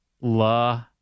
La